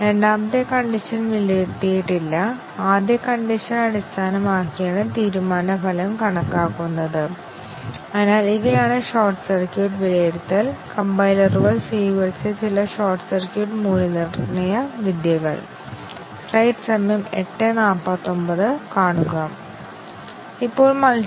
ഇവ രണ്ടിലും ഇത് ശരിയാണെന്ന് വിലയിരുത്തുന്നു ഈ രണ്ട് എക്സ്പ്രെഷൻ കേസുകളും ബ്രാഞ്ച് ഫലത്തെ ശരിയാണെന്ന് നിർണ്ണയിക്കുന്നു ഡിസിഷൻ രണ്ട് ടെസ്റ്റ് കേസുകൾക്കും ശരിയാണെന്ന് വിലയിരുത്തുന്നു അതിനാൽ ഡിസിഷൻ കവറേജ് നേടുന്നതിന് ഞങ്ങൾ മറ്റൊരു ടെസ്റ്റ് കേസ് ഉൾപ്പെടുത്തേണ്ടതുണ്ട് അതായത് a 20 ആണ് ഞങ്ങൾ അതിനെ ഫാൾസ് ആയി സജ്ജമാക്കുന്നു b 50 ആണ്